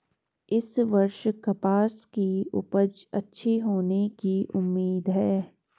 इस वर्ष कपास की उपज अच्छी होने की उम्मीद है